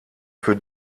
für